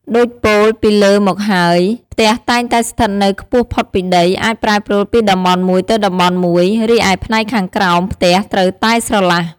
ដូចពោលពីលើមកហើយ ផ្ទះតែងតែស្ថិតនៅខ្ពស់ផុតពីដី អាចប្រែប្រួលពីតំបន់មួយទៅតំបន់មួយ រីឯផ្នែកខាងក្រោមផ្ទះត្រូវតែស្រឡះ។